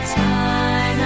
time